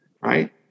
right